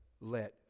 let